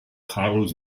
carlos